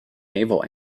naval